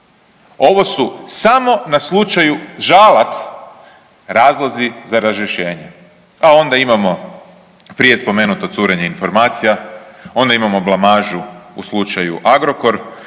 Ovo su samo na slučaju Žalac razlozi za razrješenje, a onda imamo prije spomenuto curenje informacija, onda imamo blamažu u slučaju AGROKOR,